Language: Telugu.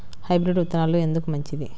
హైబ్రిడ్ విత్తనాలు ఎందుకు మంచిది?